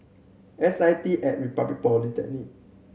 S I T At Republic Polytechnic